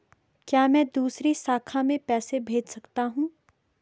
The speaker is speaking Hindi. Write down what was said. क्या मैं दूसरी शाखा में पैसे भेज सकता हूँ?